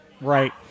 Right